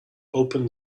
open